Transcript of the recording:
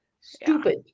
stupid